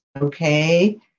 okay